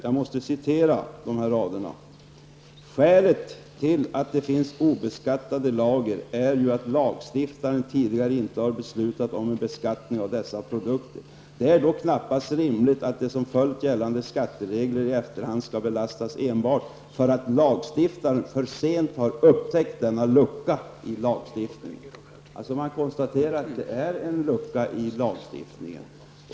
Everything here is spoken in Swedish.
Jag måste citera dessa rader: ''Skälet till att det finns obeskattade lager är ju att lagstiftaren tidigare inte har beslutat om en beskattning av dessa produkter. Det är då knappast rimligt att de som följt gällande skatteregler i efterhand skall belastas enbart för att lagstiftaren för sent har upptäckt denna lucka i lagstiftningen.'' Man konstaterar alltså att det finns en lucka i lagstiftningen.